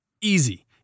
Easy